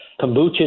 kombucha